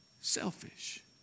selfish